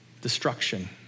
destruction